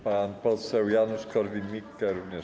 Pan poseł Janusz Korwin-Mikke, również